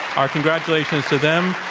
our congratulations to them.